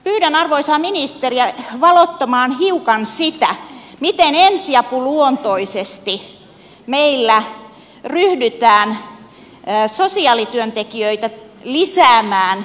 pyydän arvoisaa ministeriä valottamaan hiukan sitä miten ensiapuluontoisesti meillä ryhdytään sosiaalityöntekijöitä lisäämään kuntiin